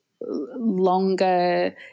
longer